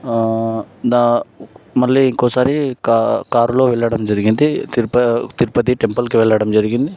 దా మళ్ళీ ఇంకోసారి కార్ కారులో వెళ్ళడం జరిగింది తిరుపతి తిరుపతి టెంపుల్కి వెళ్ళడం జరిగింది